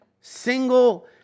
single